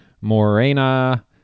Morena